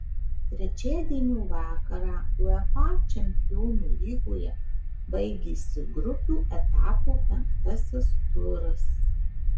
trečiadienio vakarą uefa čempionų lygoje baigėsi grupių etapo penktasis turas